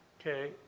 Okay